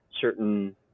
certain